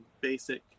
basic